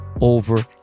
over